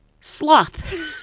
sloth